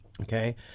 Okay